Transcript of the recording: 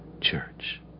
church